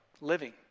living